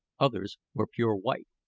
others were pure white.